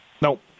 Nope